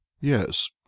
Yes